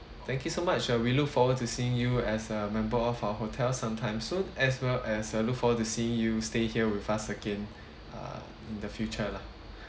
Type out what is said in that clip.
thank you so much uh we look forward to seeing you as a member of our hotel sometime soon as well as uh look forward to see you stay here with us again uh in the future lah